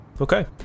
Okay